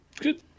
Good